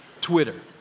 Twitter